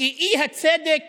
כי האי-צדק